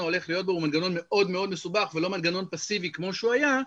הולך להיות הוא מנגנון מאוד מאוד מסובך ולא מנגנון פסיבי כמו שהוא היה.